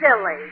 silly